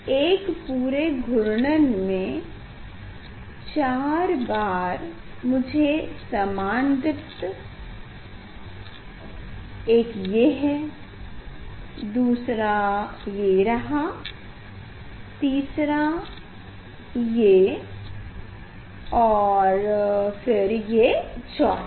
एक पूरे घूर्णन में 4 बार मुझे समान दीप्त एक ये है फिर दूसरा ये रहा तीसरा ये और फिर ये चौथा